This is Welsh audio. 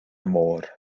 môr